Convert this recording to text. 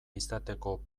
izateko